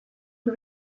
who